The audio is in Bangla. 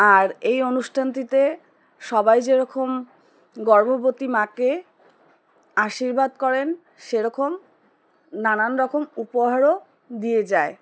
আর এই অনুষ্ঠানটিতে সবাই যেরকম গর্ভবতী মাকে আশীর্বাদ করেন সেরকম নানান রকম উপহারও দিয়ে যায়